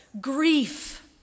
grief